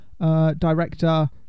director